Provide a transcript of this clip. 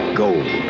gold